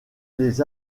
des